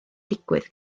digwydd